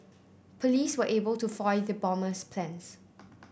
police were able to foil the bomber's plans